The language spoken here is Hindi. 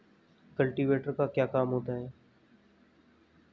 कल्टीवेटर का क्या काम होता है?